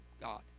God